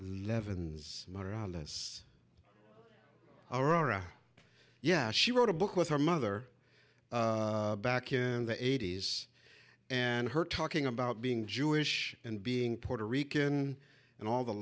marlice arora yeah she wrote a book with her mother back in the eighty's and her talking about being jewish and being puerto rican and all the